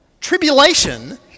Tribulation